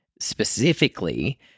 specifically